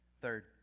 Third